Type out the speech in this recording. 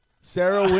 Sarah